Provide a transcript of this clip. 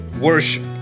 worship